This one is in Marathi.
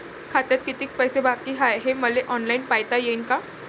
खात्यात कितीक पैसे बाकी हाय हे मले ऑनलाईन पायता येईन का?